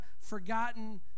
forgotten